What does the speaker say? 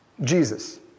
Jesus